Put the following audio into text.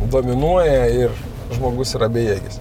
dominuoja ir žmogus yra bejėgis